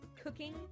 cooking